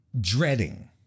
dreading